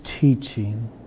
teaching